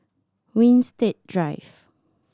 Winstedt Drive